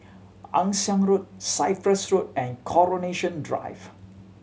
Ann Siang Road Cyprus Road and Coronation Drive